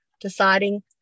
deciding